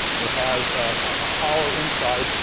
it has a hollow inside.